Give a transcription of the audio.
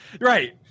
right